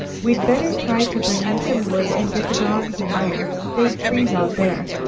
we'd better try to bring in some wood, and get the dogs in here they'd freeze out there.